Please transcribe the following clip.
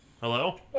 Hello